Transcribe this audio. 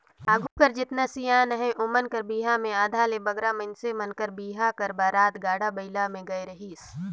आघु कर जेतना सियान अहे ओमन कर बिहा मे आधा ले बगरा मइनसे मन कर बिहा कर बरात गाड़ा बइला मे गए रहिस